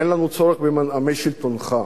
אין לנו צורך במנעמי שלטונך.